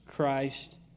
Christ